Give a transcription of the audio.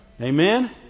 Amen